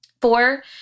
Four